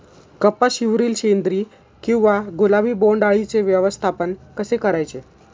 कपाशिवरील शेंदरी किंवा गुलाबी बोंडअळीचे व्यवस्थापन कसे करायचे?